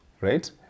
right